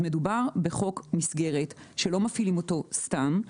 מדובר בחוק מסגרת שלא מפעילים אותו סתם.